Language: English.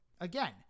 Again